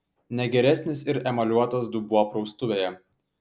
ne geresnis ir emaliuotas dubuo praustuvėje